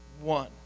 One